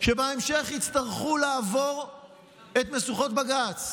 שבהמשך יצטרכו לעבור את משוכות בג"ץ.